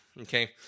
okay